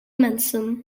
mensen